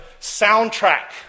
soundtrack